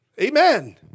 Amen